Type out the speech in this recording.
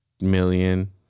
million